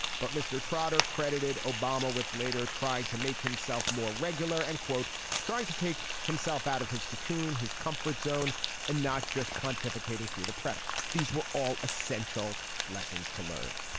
but mr trotter credited obama with later trying to make himself more regular and quote trying to take himself out of his cocoon his comfort zone and not just pontificating through the press. these were all essential lessons to learn.